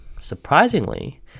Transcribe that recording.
Surprisingly